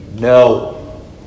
No